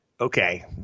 Okay